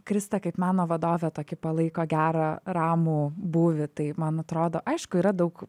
krista kaip meno vadovė tokį palaiko gerą ramų būvį tai man atrodo aišku yra daug